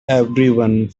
everyone